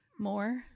More